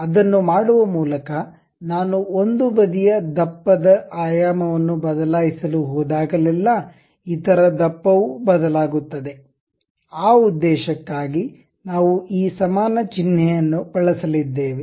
ಅದನ್ನು ಮಾಡುವ ಮೂಲಕ ನಾನು ಒಂದು ಬದಿಯ ದಪ್ಪದ ಆಯಾಮವನ್ನು ಬದಲಾಯಿಸಲು ಹೋದಾಗಲೆಲ್ಲಾ ಇತರ ದಪ್ಪವೂ ಬದಲಾಗುತ್ತದೆ ಆ ಉದ್ದೇಶಕ್ಕಾಗಿ ನಾವು ಈ ಸಮಾನ ಚಿಹ್ನೆಯನ್ನು ಬಳಸಲಿದ್ದೇವೆ